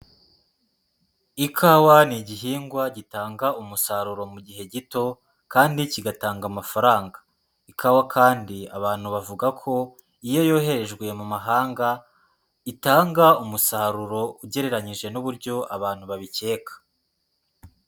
Ikawa ni igihingwa gitanga umusaruro mu gihe gito kandi kigatanga amafaranga. Ikawa kandi abantu bavuga ko iyo yoherejwe mu mahanga, itanga umusaruro ugereranyije n'uburyo abantu babikeka.